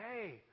hey